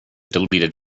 deleted